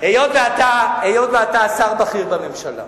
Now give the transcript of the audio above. אדוני השר, היות שאתה שר בכיר בממשלה